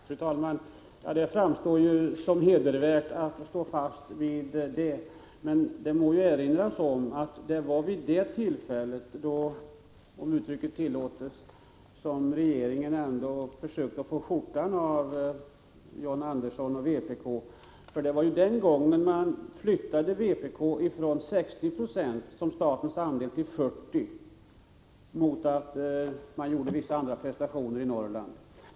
Fru talman! Det framstår som hedervärt att hålla fast vid riksdagsbeslutet, men det må erinras om att det var vid detta tillfälle som regeringen försökte — om uttrycket tillåts — få skjortan av John Andersson och vpk. Det var ju den gången som regeringen, mot att man lovade göra vissa andra prestationer i Norrland, flyttade vpk från inställningen att 60 96 skulle vara statens andel till uppfattningen att den bara skulle vara 40 20.